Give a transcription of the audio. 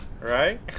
Right